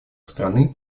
страны